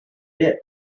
did